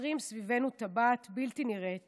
יוצרים סביבנו טבעת בלתי נראית